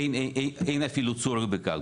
אין אפילו צורך בכך.